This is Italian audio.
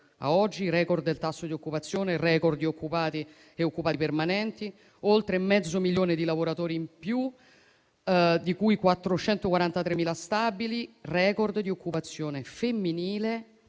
*record* del tasso di occupazione, *record* di occupati e occupati permanenti, oltre mezzo milione di lavoratori in più, di cui 443.000 stabili, *record* di occupazione femminile